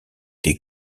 des